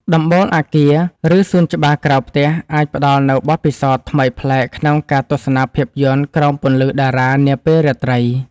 ដំបូលអគារ ឬសួនច្បារក្រៅផ្ទះ អាចផ្ដល់នូវបទពិសោធន៍ថ្មីប្លែកក្នុងការទស្សនាភាពយន្តក្រោមពន្លឺតារានាពេលរាត្រី។